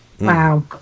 Wow